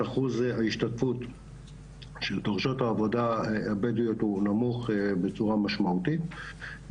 אחוז ההשתתפות של דורשות העבודה הבדואיות הוא נמוך בצורה משמעותית,